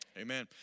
Amen